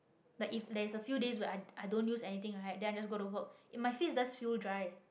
like if there's a few days where I I don't use anything right then I just go to work yeah my face does feel dry